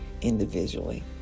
individually